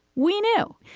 we knew.